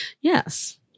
Yes